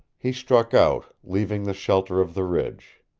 he struck out, leaving the shelter of the ridge.